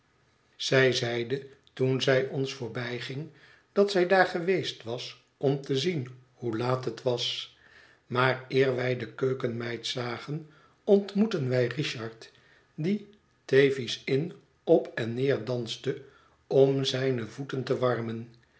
zij zeide toen zij ons voorbijging dat zij daar geweest was om te zien hoe laat het was maar eer wij de keukenmeid zagen ontmoetten wij richard die t h a v i e s i n n op en neer danste om zijne voeten te warmen